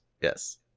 Yes